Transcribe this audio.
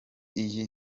iyi